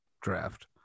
draft